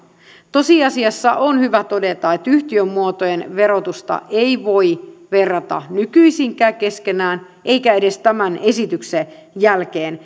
tosiasiassa on hyvä todeta että yhtiömuotojen verotusta ei voi verrata nykyisinkään keskenään eikä edes tämän esityksen jälkeen